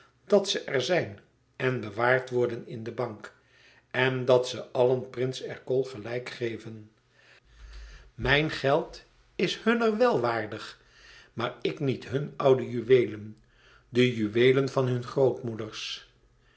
dat ze er zijn en bewaard worden in de bank en dat ze allen prins ercole gelijk geven mijn geld is hunner wel waardig maar ik niet hun oude juweelen de juweelen van hun grootmoeders